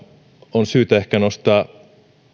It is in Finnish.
on syytä ehkä nostaa